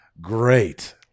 great